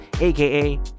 aka